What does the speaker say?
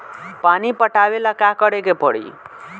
पानी पटावेला का करे के परी?